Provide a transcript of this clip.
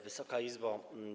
Wysoka Izbo!